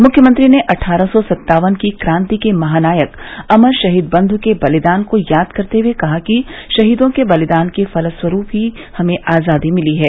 मुख्यमंत्री ने अट्ठारह सौ सत्तावन की क्रांति के महानायक अमर शहीद बंध् सिंह के बलिदान को याद करते हुए कहा कि शहीदो के बलिदान के फलस्वरूप ही हमें आजादी मिली है